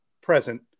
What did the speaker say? present